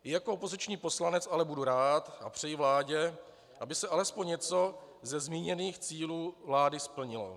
Jako opoziční poslanec ale budu rád a přeji vládě, aby se alespoň něco ze zmíněných cílů vlády splnilo.